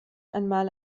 einmal